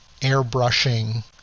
airbrushing